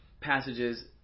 passages